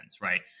right